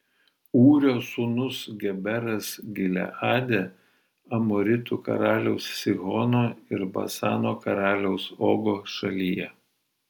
ūrio sūnus geberas gileade amoritų karaliaus sihono ir basano karaliaus ogo šalyje